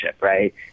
Right